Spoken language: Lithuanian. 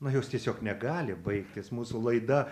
na jos tiesiog negali baigtis mūsų laida